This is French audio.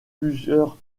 plusieurs